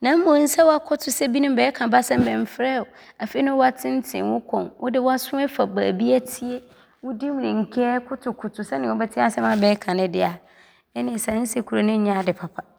na mmom sɛ woakɔto sɛ bɛɛka bɛ asɛm, bɛmfrɛɛ wo afei ne woatentene wo kɔn, wode w’aso ɔɔfa baabi atie wodi mmirika ɔɔkotokoto sɛdeɛ wobɛte asɛm a bɛɛka ne deɛ a, nneɛ ne saa nsekuro no nyɛ ade papa.